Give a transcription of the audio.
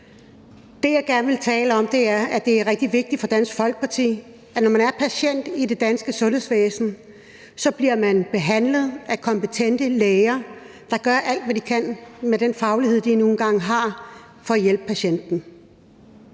Det, jeg gerne vil tale om, er, at det er rigtig vigtigt for Dansk Folkeparti, at når man er patient i det danske sundhedsvæsen, så bliver man behandlet af kompetente læger, der gør alt, hvad de kan, med den faglighed, de nu engang har, for at hjælpe patienten.